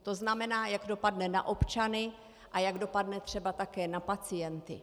To znamená, jak dopadne na občany a jak dopadne třeba také na pacienty.